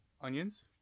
onions